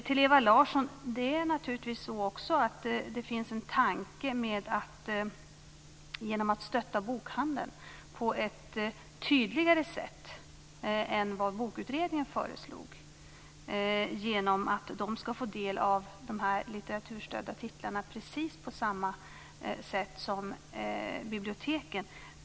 Till Ewa Larsson vill jag säga att det ju också finns en tanke med att stödja bokhandeln på ett tydligare sätt än vad Bokutredningen föreslog genom att låta den få del av de litteraturstödda titlarna precis på samma sätt som biblioteken.